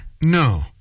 No